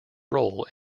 role